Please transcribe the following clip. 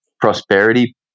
prosperity